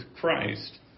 Christ